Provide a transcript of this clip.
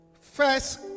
First